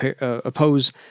oppose